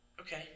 Okay